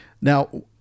Now